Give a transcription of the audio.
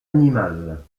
animale